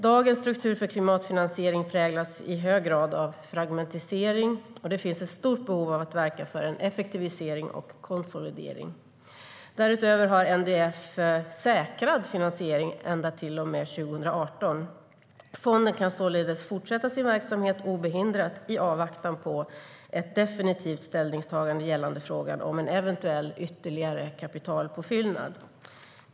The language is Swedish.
Dagens struktur för klimatfinansiering präglas i hög grad av fragmentering, och det finns ett stort behov av att verka för en effektivisering och konsolidering. Därutöver har NDF säkrad finansiering till och med 2018. Fonden kan således fortsätta sin verksamhet obehindrat i avvaktan på ett definitivt ställningstagande till frågan om en eventuell ytterligare kapitalpåfyllnad.